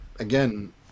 Again